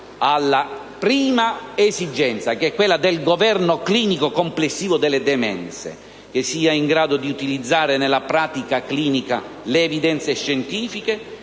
alla prima esigenza, che è quella del governo clinico complessivo delle demenze, che sia in grado di utilizzare nella pratica clinica le evidenze scientifiche,